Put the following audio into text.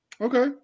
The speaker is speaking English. Okay